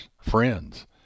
friends